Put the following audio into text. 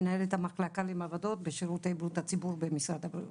מנהלת המחלקה למעבדות בשירותי בריאות הציבור במשרד הבריאות.